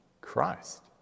Christ